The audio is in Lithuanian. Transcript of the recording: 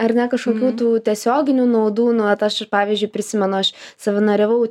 ar ne kažkokių tų tiesioginių naudų nu vat aš ir pavyzdžiui prisimenu aš savanoriavau